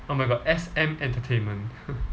oh my god S_M entertainment